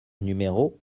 numéro